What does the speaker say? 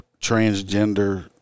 transgender